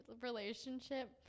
relationship